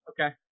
Okay